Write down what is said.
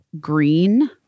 green